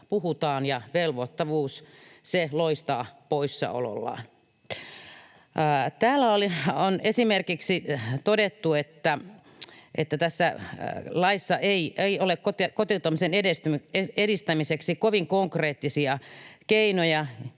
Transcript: ja velvoittavuus loistaa poissaolollaan. Täällä on esimerkiksi todettu, että tässä laissa ei ole kotoutumisen edistämiseksi kovin konkreettisia keinoja.